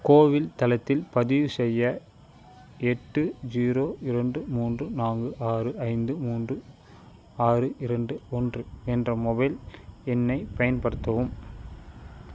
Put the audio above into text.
CoWIN தளத்தில் பதிவு செய்ய எட்டு ஜீரோ இரண்டு மூன்று நான்கு ஆறு ஐந்து மூன்று ஆறு இரண்டு ஒன்று என்ற மொபைல் எண்ணைப் பயன்படுத்தவும்